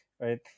Right